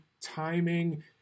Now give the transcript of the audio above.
timing